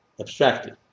abstracted